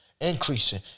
increasing